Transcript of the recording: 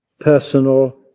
personal